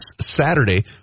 Saturday